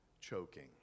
choking